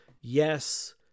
yes